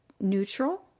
neutral